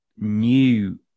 new